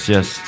Yes